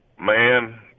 Man